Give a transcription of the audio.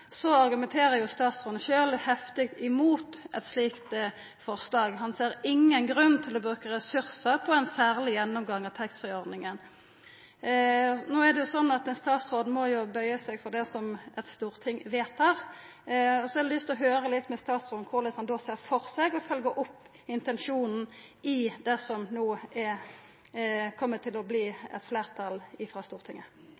statsråden sjølv heftig imot eit slikt forslag: Han ser ingen grunn til å bruka ressursar «på en særlig gjennomgang av taxfree-ordningen». No er det jo sånn at ein statsråd må bøya seg for det som eit storting vedtar. Så eg har lyst til å høyra litt med statsråden korleis han då ser for seg å følgja opp intensjonen i det som det no kjem til å